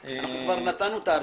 אנחנו כבר נתנו את ההרצאות.